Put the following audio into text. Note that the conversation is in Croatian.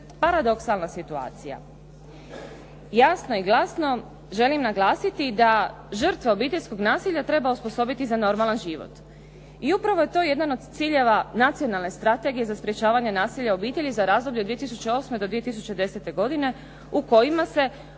paradoksalna situacija. Jasno i glasno želim naglasiti da žrtve obiteljskog nasilja treba osposobiti za normalan život i upravo je to jedan od ciljeva Nacionalne strategije za sprječavanje nasilja u obitelji za razdoblje od 2008. do 2010. godine u kojima se uz